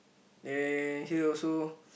yeah and here also